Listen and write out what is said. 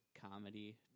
comedy